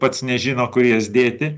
pats nežino kur jas dėti